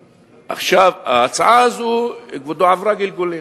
עכשיו, ההצעה הזאת עברה גלגולים,